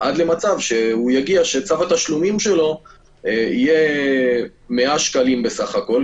עד למצב שצו התשלומים שלו יהיה 100 שקלים בסך הכול.